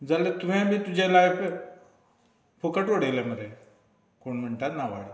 जाल्यार तुवें बी तुजें लायफ फुकट उडयलें मरे कोण म्हणटा नावाडी